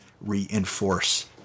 reinforce